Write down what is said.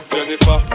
Jennifer